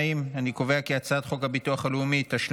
להעביר את הצעת הביטוח הלאומי (תיקון מס' 242)